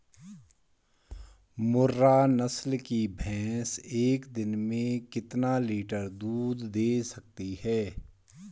मुर्रा नस्ल की भैंस एक दिन में कितना लीटर दूध दें सकती है?